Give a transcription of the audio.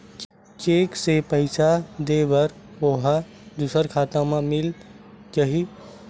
Cheque से पईसा दे बर ओहा दुसर खाता म मिल जाही?